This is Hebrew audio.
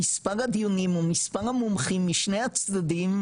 מספר הדיונים הוא מספר המומחים משני הצדדים,